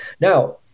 Now